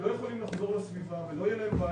שלא יכולים לחזור לסביבה ולא יהיה להם בית.